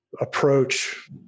approach